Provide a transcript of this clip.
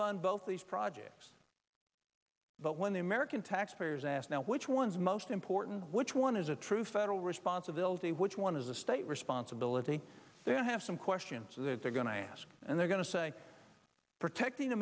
fund both of these projects but when the american taxpayers ask now which one is most important which one is a true federal responsibility which one is a state responsibility then i have some questions that they're going to ask and they're going to say protecting a